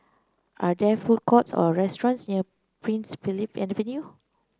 are there food courts or restaurants near Prince Philip Avenue